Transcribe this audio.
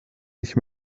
nicht